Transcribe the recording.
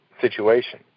situation